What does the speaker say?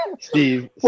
Steve